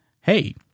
hey